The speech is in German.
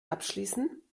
abschließen